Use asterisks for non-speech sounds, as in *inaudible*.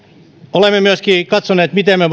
olemme myöskin katsoneet miten me *unintelligible*